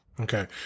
Okay